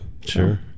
Sure